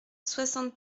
soixante